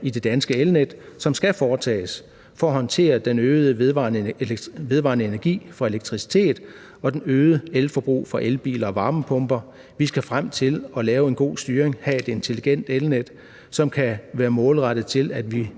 i det danske elnet, som skal foretages for at håndtere den øgede vedvarende energi fra elektricitet og det øgede elforbrug fra elbiler og varmepumper. Vi skal frem til at lave en god styring, have et intelligent elnet, som kan være målrettet mod, at vi